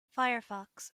firefox